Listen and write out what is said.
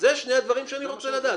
אלו שני הדברים שאני רוצה לדעת.